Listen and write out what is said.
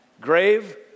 grave